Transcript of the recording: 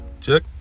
check